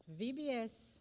VBS